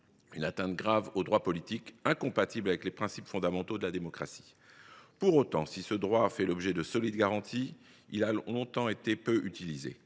une atteinte grave aux droits politiques, incompatible avec les principes fondamentaux de la démocratie. Pour autant, si ce droit fait l’objet de solides garanties, il a longtemps été peu utilisé.